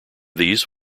these